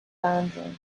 boundary